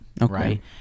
right